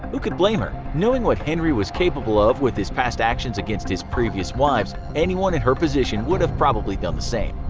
who could blame her? knowing what henry was capable of with his past actions against his previous wives, anyone in her position would have probably done the same.